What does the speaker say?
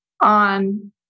on